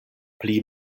pli